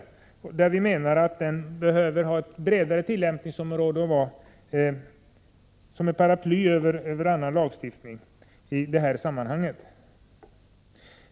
Vi menar att lagen behöver ha ett bredare tillämpningsområde och fungera som ett paraply över annan lagstiftning i det här sammanhanget.